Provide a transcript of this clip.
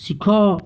ଶିଖ